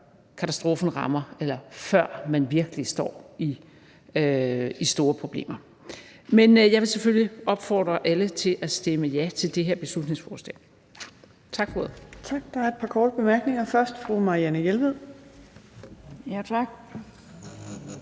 katastrofen rammer, eller før man virkelig står i store problemer. Men jeg vil selvfølgelig opfordre alle til at stemme ja til det her beslutningsforslag. Tak for ordet. Kl. 18:21 Fjerde næstformand (Trine Torp): Tak.